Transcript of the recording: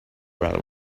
well